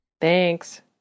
thanks